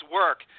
work